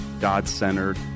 God-centered